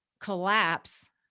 collapse